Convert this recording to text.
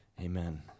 amen